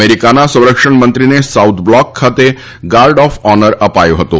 અમેરિકાના સંરક્ષણ મંત્રીને સાઉથ બ્લોક ખાતે ગાર્ડ ઓફ ઓનર અપાયું હતું